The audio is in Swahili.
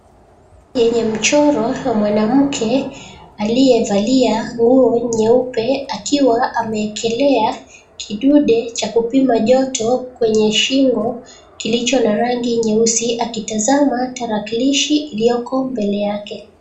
Yenye mchoro wa mwanamke aliyevalia nguo nyeupe akiwa ameekelea kidude cha kupima joto kwenye shingo, kilicho na rangi nyeusi, akitazama tarakilishi iliyoko mbele yake.